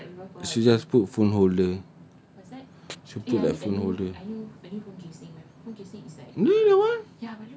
then you should just put phone holder should put like a phone holder there that one